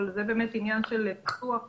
אבל זה באמת עניין של ניסוח ודקויות.